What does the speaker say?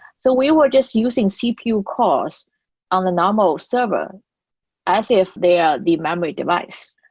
so we were just using cpu cost on the normal server as if they are the memory device.